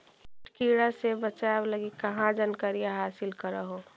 किट किड़ा से बचाब लगी कहा जानकारीया हासिल कर हू?